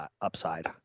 upside